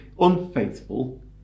unfaithful